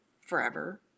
forever